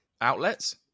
outlets